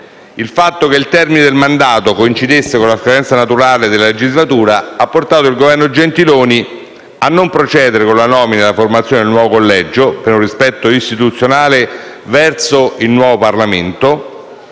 Il fatto che il termine del mandato coincidesse con la scadenza naturale della legislatura ha portato il Governo Gentiloni a non procedere con la nomina e la formazione del nuovo collegio, per rispetto istituzionale verso il nuovo Parlamento.